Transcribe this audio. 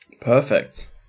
Perfect